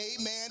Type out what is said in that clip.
Amen